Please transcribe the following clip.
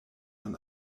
man